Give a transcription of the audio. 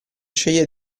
sceglie